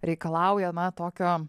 reikalauja na tokio